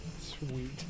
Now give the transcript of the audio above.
Sweet